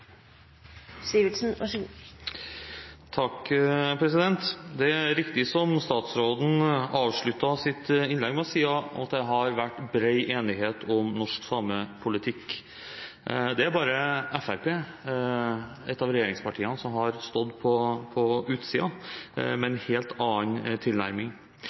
Det er riktig som statsråden avsluttet sitt innlegg med å si, at det har vært bred enighet om norsk samepolitikk. Det er bare Fremskrittspartiet – et av regjeringspartiene – som har stått på utsiden med en helt annen tilnærming.